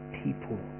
people